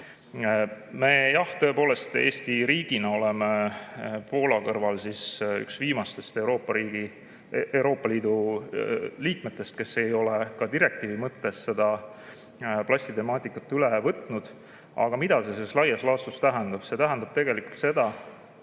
Me jah, tõepoolest, Eesti riigina oleme Poola kõrval üks viimastest Euroopa Liidu liikmetest, kes ei ole direktiivi mõttes seda plastitemaatikat üle võtnud. Mida see [temaatika] aga laias laastus tähendab? See tähendab tegelikult seda,